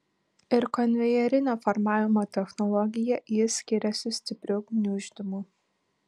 ir konvejerinio formavimo technologija ji skiriasi stipriu gniuždymu